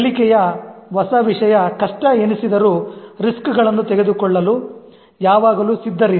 ಕಲಿಕೆಯ ಹೊಸ ವಿಷಯ ಕಷ್ಟ ಎನಿಸಿದರೂ ರಿಸ್ಕ್ ಗಳನ್ನು ತೆಗೆದುಕೊಳ್ಳಲು ಯಾವಾಗಲೂ ಸಿದ್ಧರಿರಿ